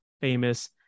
famous